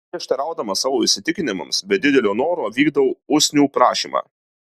prieštaraudamas savo įsitikinimams be didelio noro vykdau usnių prašymą